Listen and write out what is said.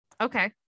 okay